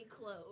clothes